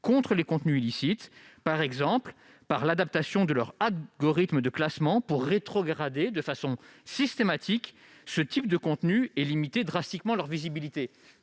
contre les contenus illicites, par exemple par l'adaptation de leur algorithme de classement, pour rétrograder de façon systématique ce type de contenu et limiter drastiquement leur visibilité.